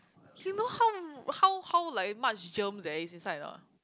you know how how how like much germ there is inside or not